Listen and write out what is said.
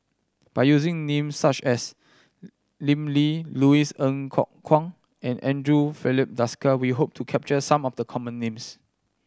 by using names such as Lim Lee Louis Ng Kok Kwang and Andre Filipe Desker we hope to capture some of the common names